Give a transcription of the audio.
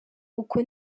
uko